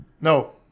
No